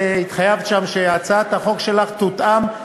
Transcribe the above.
כי השידור הציבורי לא צריך להיות השופר של אף